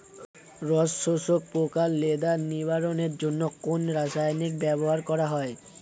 রস শোষক পোকা লেদা নিবারণের জন্য কোন রাসায়নিক ব্যবহার করা হয়?